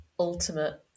ultimate